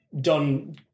done